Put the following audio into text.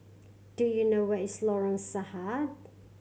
do you know where is Lorong Sahad